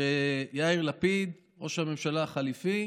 שיאיר לפיד, ראש הממשלה החליפי,